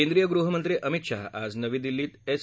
केंद्रीय गृहमंत्री अमित शहा आज नवी दिल्लीत एस